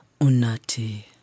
Unati